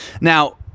Now